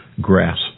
grasp